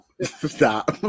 Stop